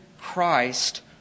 Christ